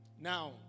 Now